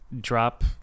drop